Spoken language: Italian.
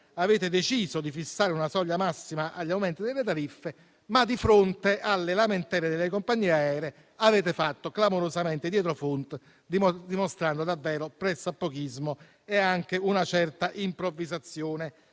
Avete deciso di fissare una soglia massima agli aumenti delle tariffe, ma, di fronte alle lamentele delle compagnie aeree, avete fatto clamorosamente dietrofront, dimostrando davvero pressappochismo e anche una certa improvvisazione